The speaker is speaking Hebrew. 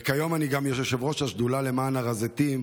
וכיום אני גם יושב-ראש השדולה למען הר הזיתים,